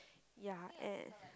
ya and